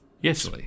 Yes